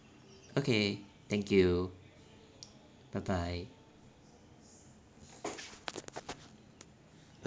okay thank you bye bye